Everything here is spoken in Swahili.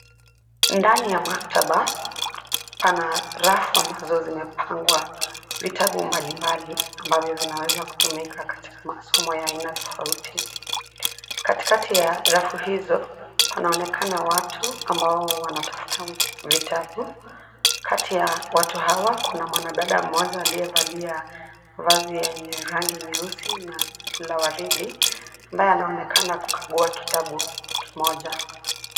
Ndani ya maktaba, pana rafu ambazo zimepangwa vitabu mbalimbali ambavyo vinaweza kutumika katika masomo ya aina tofauti. Katikati ya rafu hizo, panaonekana watu ambao wanatafuta vitabu. Kati ya watu hawa , kuna mwanadada mmoja aliyevalia vazi yenye rangi nyeusi na la waridi, ambaye anaonekana kukagua kitabu kimoja.